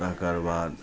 तकरबाद